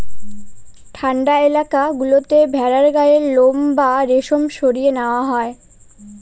ঠান্ডা এলাকা গুলোতে ভেড়ার গায়ের লোম বা রেশম সরিয়ে নেওয়া হয়